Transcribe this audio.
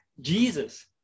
Jesus